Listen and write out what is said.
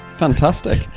fantastic